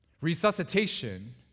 Resuscitation